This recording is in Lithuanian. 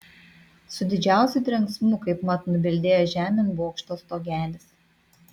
su didžiausiu trenksmu kaip mat nubildėjo žemėn bokšto stogelis